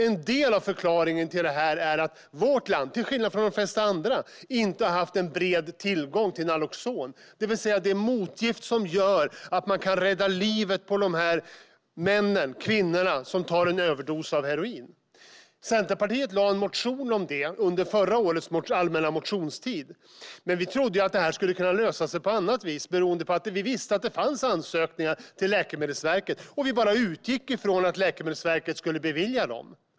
En del av förklaringen till detta är att vårt land, till skillnad från de flesta andra länder, inte har haft en bred tillgång till Naloxon. Naloxon är ett motgift som gör att man kan rädda livet på de män och kvinnor som tar en överdos av heroin. Centerpartiet väckte en motion om detta under förra årets allmänna motionstid. Vi trodde att detta skulle kunna lösas på annat sätt, beroende på att vi visste att det fanns ansökningar till Läkemedelsverket. Vi utgick från att Läkemedelsverket skulle bevilja dem.